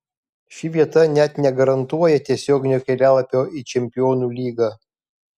ši vieta net negarantuoja tiesioginio kelialapio į čempionų lygą